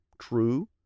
true